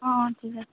অঁ ঠিক আছে